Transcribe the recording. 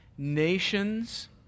nations